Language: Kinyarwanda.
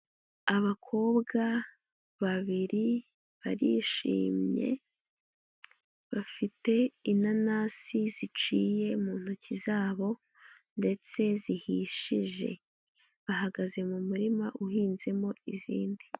Abakobwa babiri barishimye, bafite inanasi ziciye mu ntoki zabo ndetse zihishije, bahagaze mu murima uhinzemo izindi.